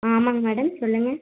ஆமாம்ங்க மேடம் சொல்லுங்கள்